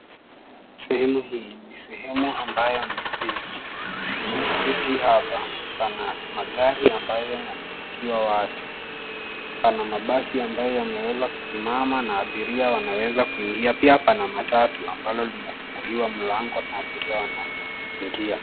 Sehemu hii ni sehemu ambayo ni stage . Steji hapa pana magari ambayo yanatakiwa watu. Pana mabasi ambayo yameweza kusimama na abiria wanaweza kuingia pia pana matatu ambalo linafunguliwa mlango na abiria wanaingia.